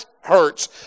hurts